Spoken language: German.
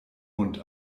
mund